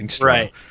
right